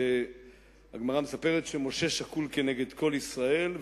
הגמרא מספרת שמשה שקול כנגד כל ישראל,